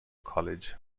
college